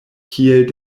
kiel